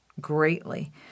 greatly